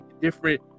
different